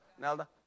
Nelda